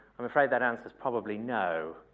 i'm afraid that answer is probably no.